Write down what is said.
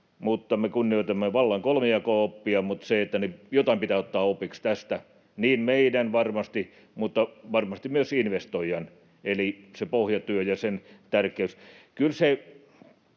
Me kunnioitamme vallan kolmijako-oppia, mutta jotain pitää ottaa opiksi tästä — meidän varmasti, mutta varmasti myös investoijan — eli se pohjatyö ja sen tärkeys.